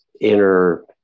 inner